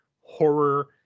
horror